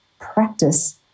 practice